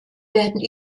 werden